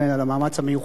על המאמץ המיוחד,